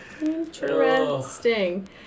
interesting